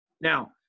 Now